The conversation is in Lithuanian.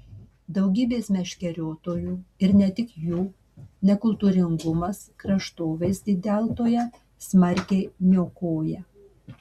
daugybės meškeriotojų ir ne tik jų nekultūringumas kraštovaizdį deltoje smarkiai niokoja